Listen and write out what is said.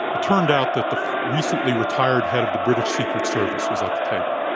it turned out that the recently retired head of the british secret service was at the table.